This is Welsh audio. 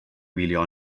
wylio